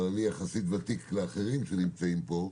אבל אני יחסית ותיק לאחרים שנמצאים פה,